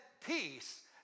peace